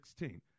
16